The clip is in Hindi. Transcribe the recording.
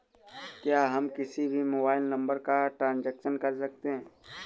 क्या हम किसी भी मोबाइल नंबर का ट्रांजेक्शन कर सकते हैं?